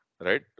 Right